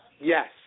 Yes